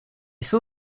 saw